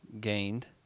gained